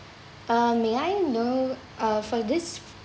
uh may I know uh for this